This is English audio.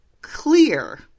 clear